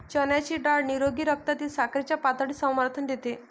चण्याची डाळ निरोगी रक्तातील साखरेच्या पातळीस समर्थन देते